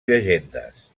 llegendes